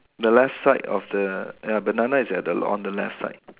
the left side of the ya banana is at the on the left side